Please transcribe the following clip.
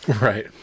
Right